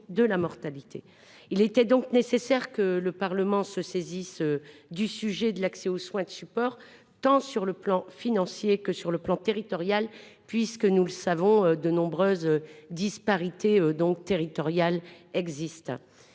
Il était donc nécessaire que le Parlement se saisisse du sujet de l’accès aux soins de support, tant sur le plan financier que sur le plan territorial, puisque de nombreuses disparités existent